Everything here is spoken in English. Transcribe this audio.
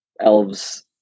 elves